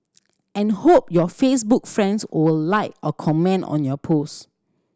and hope your Facebook friends will like or comment on your post